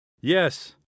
Yes